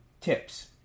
TIPS